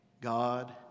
God